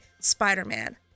Spider-Man